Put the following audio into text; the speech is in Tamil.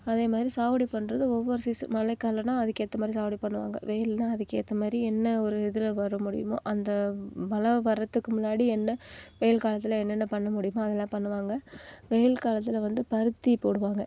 அதே மாதிரி சாவடி பண்ணுறது ஒவ்வொரு சீசு மழை காலம்னால் அதுக்கேற்ற மாதிரி சாவடி பண்ணுவாங்க வெயில்னால் அதுக்கேற்ற மாதிரி என்ன ஒரு இதில் வர முடியுமோ அந்த அளவு வரதுக்கு முன்னாடி என்ன வெயில் காலத்தில் என்னென்ன பண்ண முடியுமோ அதெல்லாம் பண்ணுவாங்க வெயில் காலத்தில் வந்து பருத்தி போடுவாங்க